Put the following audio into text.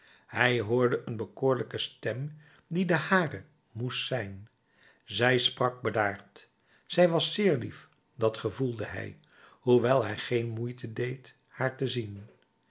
hij hoorde een bekoorlijke stem die de hare moest zijn zij sprak bedaard zij was zeer lief dat gevoelde hij hoewel hij geen moeite deed haar te zien